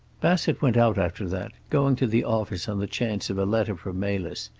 bassett went out after that, going to the office on the chance of a letter from melis,